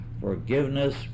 Forgiveness